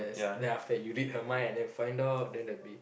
then after that you read her mind and then find out then the be